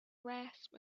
rasp